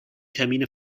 termine